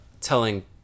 Telling